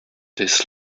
this